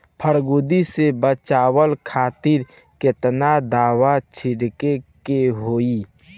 फाफूंदी से बचाव खातिर केतना दावा छीड़के के होई?